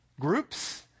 groups